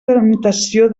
delimitació